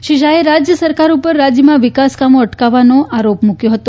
શ્રી શાહે રાજ્ય સરકાર ઉપર રાજ્યમાં વિકાસકામો અટકાવવાનો આરોપ મુક્યો હતો